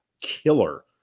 killer